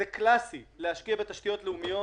זה קלסי להשקיע בתשתיות לאומיות